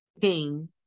King